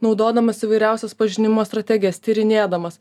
naudodamas įvairiausias pažinimo strategijas tyrinėdamas